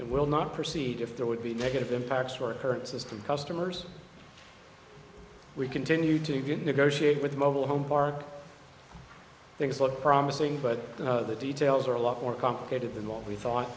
it will not proceed if there would be negative impacts for a current system customers we continue to get negotiate with the mobile home park things looked promising but the details are a lot more complicated than what we thought